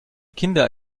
kinder